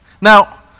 Now